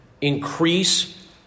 Increase